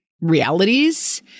realities